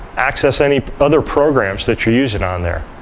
access any other programs that you're using on there.